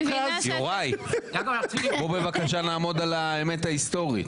יוראי בוא בבקשה נעמוד על האמת ההיסטורית.